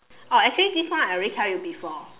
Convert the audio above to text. oh actually this one I already tell you before